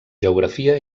geografia